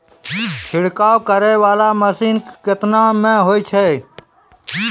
छिड़काव करै वाला मसीन केतना मे होय छै?